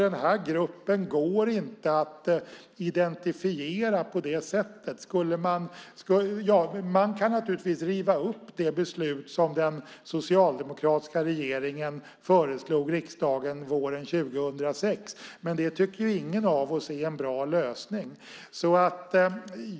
Denna grupp går inte att identifiera på det sättet. Man kan naturligtvis riva upp det beslut som den socialdemokratiska regeringen föreslog riksdagen våren 2006, men det tycker ingen av oss är en bra lösning.